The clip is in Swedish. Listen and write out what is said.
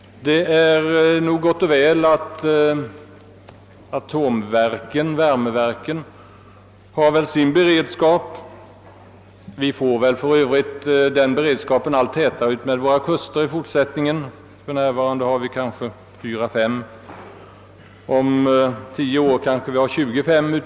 Det är gott och väl att atomvärmeverken har sin beredskap. Vi får väl för övrigt den beredskapen allt tätare utmed våra kuster i fortsättningen. För närvarande har vi fyra—fem atomvärmeverk; om tio år har vi kanske tjugofem.